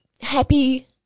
happy